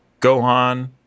Gohan